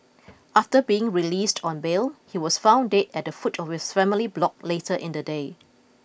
after being released on bail he was found dead at the foot of his family's block later in the day